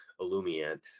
Illumiant